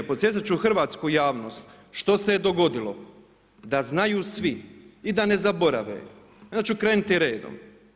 Podsjećat ću hrvatsku javnost što se je dogodilo, da znaju svi i da ne zaborave i onda ću krenuti redom.